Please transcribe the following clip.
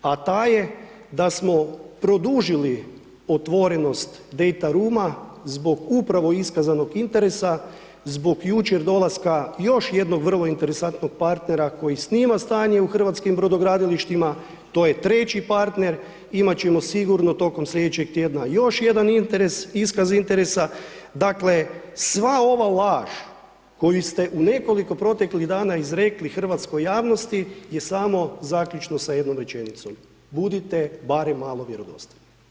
A ta je da smo produžili otvorenost Dejtaruma zbog upravo iskazanog interesa, zbog jučer dolaska još jednog vrlo interesantnog partnera koji snima stanje u hrvatskim Brodogradilištima, to je treći partner, imat ćemo sigurno tokom slijedećeg tjedna još jedan iskaz interesa, dakle, sva ova laž koju ste u nekoliko proteklih dana izrekli hrvatskoj javnost je samo zaključno sa jednom rečenicom, budite barem malo vjerodostojni.